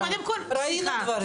ראינו דברים.